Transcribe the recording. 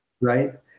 Right